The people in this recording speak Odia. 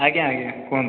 ଆଜ୍ଞା ଆଜ୍ଞା କୁହନ୍ତୁ